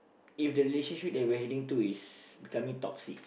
if the relationship that we're heading to is becoming toxic